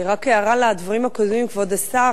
רק הערה על הדברים הקודמים, כבוד השר.